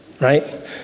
right